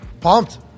pumped